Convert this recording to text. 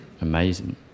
Amazing